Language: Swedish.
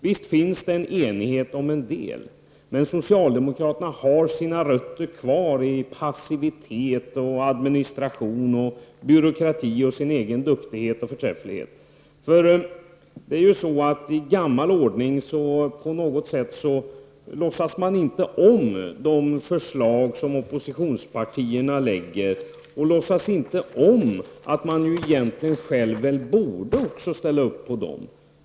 Visst finns det en enighet om en del problem, men socialdemokratena har sina rötter kvar i passivitet, administration, byråkrati samt sin egen duktighet och förträfflighet. På något sätt låtsas man i gammal ordning inte om de förslag som oppositionspartierna lägger fram, låtsas inte om att man egentligen själv också borde ställa upp på dem.